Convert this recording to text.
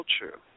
culture